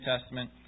Testament